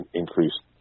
increased